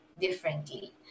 differently